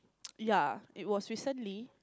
ya it was recently